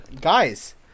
Guys